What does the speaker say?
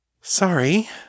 Sorry